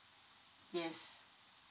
yes